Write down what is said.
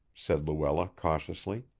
said luella cautiously.